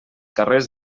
carrers